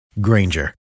Granger